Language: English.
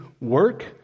work